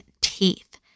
teeth